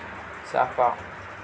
चाफा